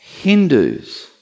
Hindus